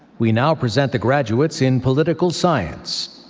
we now present the graduates in political science.